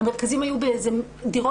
המרכזים היו בדירות